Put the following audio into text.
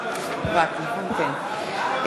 חברי הכנסת)